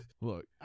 Look